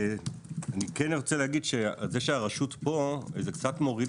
אני כן ארצה להגיד שזה שהרשות פה זה קצת מוריד